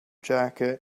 jacket